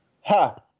Ha